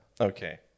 okay